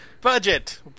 Budget